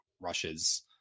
rushes